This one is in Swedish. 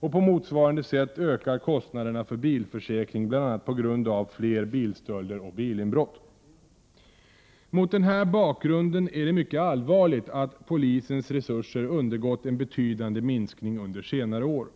På motsvarande sätt ökar kostnaderna för bilförsäkringar, bl.a. på grund av fler bilstölder och bilinbrott. Mot denna bakgrund är det mycket allvarligt att polisens resurser undergått en betydande minskning under senare år.